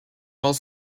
while